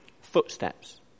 Footsteps